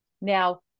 Now